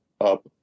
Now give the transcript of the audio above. up